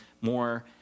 more